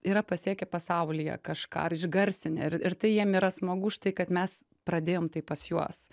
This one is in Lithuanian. yra pasiekę pasaulyje kažką ar išgarsinę ir ir tai jiem yra smagu už tai kad mes pradėjom tai pas juos